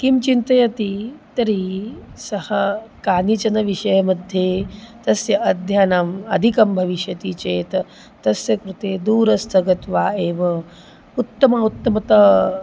किं चिन्तयति तर्हि सः कानिचन विषयमध्ये तस्य अध्ययनम् अधिकं भविष्यति चेत् तस्य कृते दूरस्थं गत्वा एव उत्तम उत्तमता